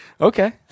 Okay